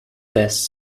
best